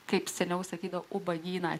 kaip seniau sakydavo ubagyną